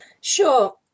Sure